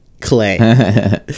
clay